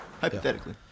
Hypothetically